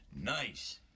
Nice